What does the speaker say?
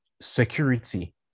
security